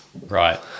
Right